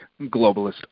globalist